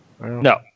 No